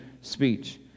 speech